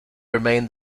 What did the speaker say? remain